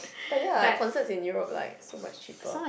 but ya like concerts in Europe like so much cheaper